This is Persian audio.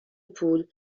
پول